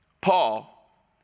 Paul